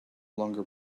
longer